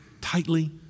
tightly